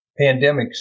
pandemics